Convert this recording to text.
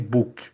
Book